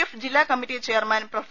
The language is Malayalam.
എഫ് ജില്ലാ കമ്മറ്റി ചെയർമാൻ പ്രൊഫ